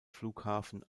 flughafen